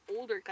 older